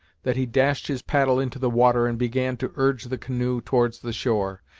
that he dashed his paddle into the water, and began to urge the canoe towards the shore,